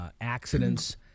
accidents